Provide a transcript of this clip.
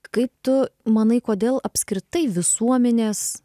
kaip tu manai kodėl apskritai visuomenės